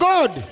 God